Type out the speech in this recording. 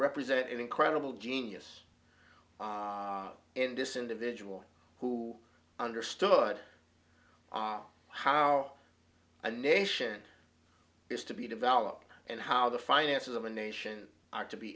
represent an incredible genius in this individual who understood how a nation is to be developed and how the finances of a nation are to be